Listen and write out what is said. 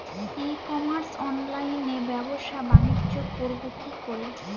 E commerce অনলাইনে ব্যবসা বানিজ্য করব কি করে?